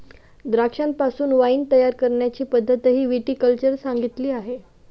द्राक्षांपासून वाइन तयार करण्याची पद्धतही विटी कल्चर सांगितली आहे